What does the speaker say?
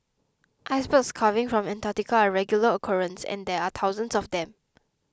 icebergs calving from Antarctica are a regular occurrence and there are thousands of them